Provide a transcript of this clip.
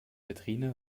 vitrine